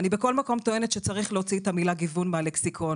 בכל מקום אני טוענת שצריך להוציא את המילה גיוון מהלקסיקון.